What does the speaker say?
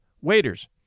waiters